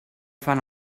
fan